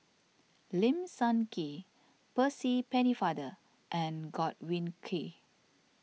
Lim Sun Gee Percy Pennefather and Godwin Koay